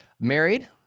Married